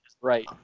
right